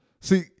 See